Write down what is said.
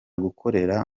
gukorera